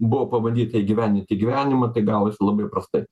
buvo pabandyta įgyvendinti gyvenime tai gavosi labai prastai